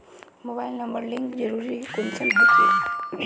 Mobile number link जरुरी कुंसम है की?